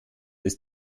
ist